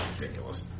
ridiculous